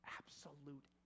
absolute